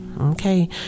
Okay